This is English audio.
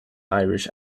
irish